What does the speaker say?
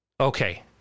Okay